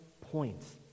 points